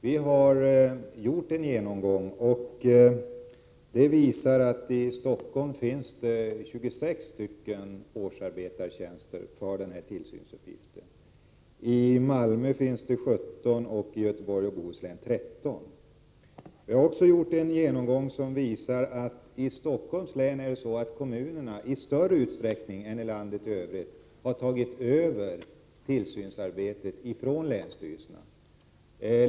Vi har gjort en genomgång som visar att det i Stockholm finns 26 årsarbetartjänster för den aktuella tillsynsuppgiften, medan det i Malmö finns 17 och i Göteborgs och Bohus län finns 13. Genomgången visar också att kommunerna i Stockholms län i större utsträckning än i landet i övrigt har tagit över tillsynsarbetet från länsstyrelsen.